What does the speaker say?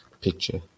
picture